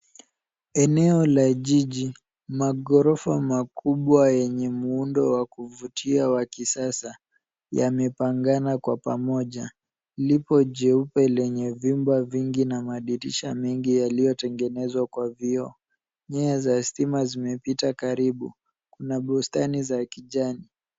Eneo la jiji. Maghorofa makubwa yenye muundo wa kuvutia wa kisasa yamepangwa kwa pamoja. Lipo jeupe lenye vyumba vingi na madirisha mengi yaliyotengeneza kwa vioo. Nyaya za stima zimepita karibu. Kuna bustani za kijani.